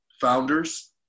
founders